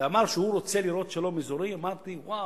ואמר שהוא רוצה לראות שלום אזורי, אמרתי: וואו,